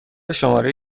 شماره